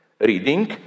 reading